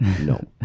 No